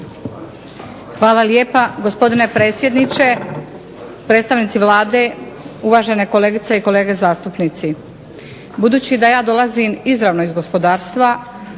Hvala lijepa gospodine predsjedniče, predstavnici Vlade, uvažene kolegice i kolege zastupnici. Budući da ja dolazim izravno iz gospodarstva